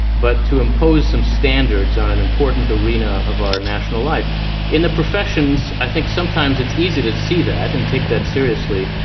but to impose some standards on an important arena of our national life in the professions. i think sometimes it's easy to see that and take that seriously.